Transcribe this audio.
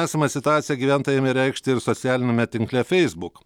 esama situacija gyventojai ėmė reikšti ir socialiniame tinkle feisbuk